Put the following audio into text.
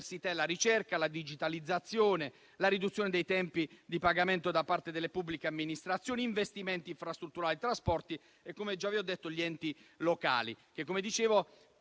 alla ricerca, alla digitalizzazione, alla riduzione dei tempi di pagamento da parte delle pubbliche amministrazioni, agli investimenti infrastrutturali, ai trasporti e agli enti locali.